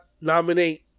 nominate